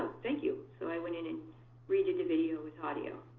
thank you. so i went in and redid the video with audio.